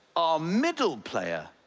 our middle player,